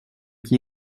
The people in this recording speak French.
qui